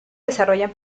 desarrollan